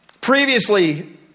Previously